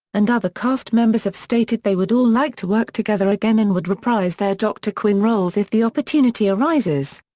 and other cast members have stated they would all like to work together again and would reprise their dr. quinn roles if the opportunity arises.